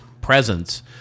presence